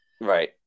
Right